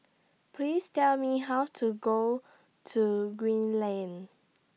Please Tell Me How to Go to Green Lane